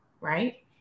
right